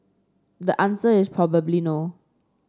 the answer is probably no